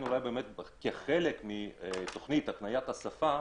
אז אולי כחלק מתכנית הקניית השפה